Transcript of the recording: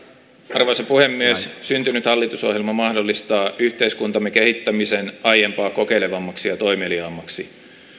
arvoisa puhemies syntynyt hallitusohjelma mahdollistaa yhteiskuntamme kehittämisen aiempaa kokeilevammaksi ja toimeliaammaksi